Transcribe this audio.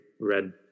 red